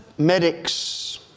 Medics